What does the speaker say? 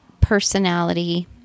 personality